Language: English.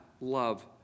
love